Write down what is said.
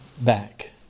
back